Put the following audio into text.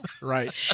Right